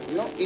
no